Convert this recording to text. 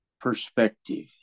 perspective